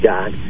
God